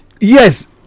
yes